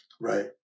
Right